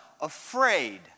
afraid